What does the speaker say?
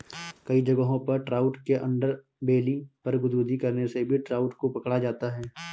कई जगहों पर ट्राउट के अंडरबेली पर गुदगुदी करने से भी ट्राउट को पकड़ा जाता है